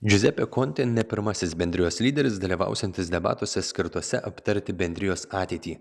džiuzepė kontė ne pirmasis bendrijos lyderis dalyvausiantis debatuose skirtuose aptarti bendrijos ateitį